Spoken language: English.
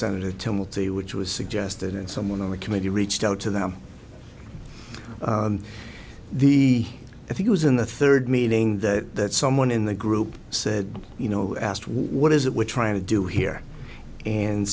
senator tumulty which was suggested and someone on the committee reached out to them the i think it was in the third meeting that someone in the group said you know asked what is it we're trying to do here and